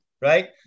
right